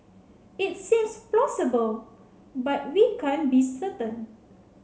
it seems plausible but we can't be certain